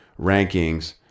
rankings